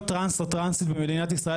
להיות טרנס או טרנסית במדינת ישראל